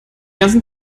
ganzen